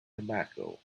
tobacco